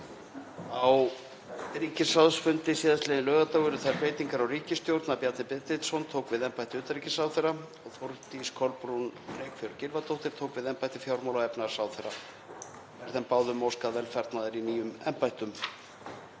Á ríkisráðsfundi síðastliðinn laugardag urðu þær breytingar á ríkisstjórn að Bjarni Benediktsson tók við embætti utanríkisráðherra og Þórdís Kolbrún Reykfjörð Gylfadóttir tók við embætti fjármála- og efnahagsráðherra. Er þeim báðum óskað velfarnaðar í nýjum embættum.